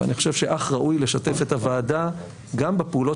ואני חושב שאך ראוי לשתף את הוועדה גם בפעולות